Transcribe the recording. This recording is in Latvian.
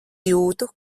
jūtu